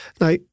Now